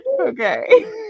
Okay